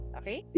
okay